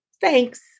Thanks